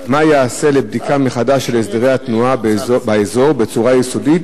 מה ייעשה לבדיקה מחדש של הסדרי התנועה באזור בצורה יסודית